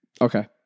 Okay